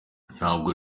ntabwo